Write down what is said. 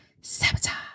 Sabotage